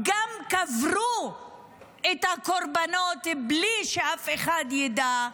גם קברו את הקורבנות בלי שאף אחד ידע,